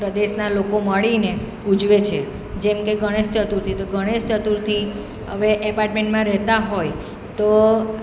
પ્રદેશના લોકો મળીને ઉજવે છે જેમ કે ગણેશ ચતુર્થી તો ગણેશ ચતુર્થી હવે એપાર્ટમેન્ટમાં રહેતા હોય તો